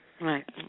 Right